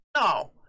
No